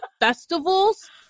festivals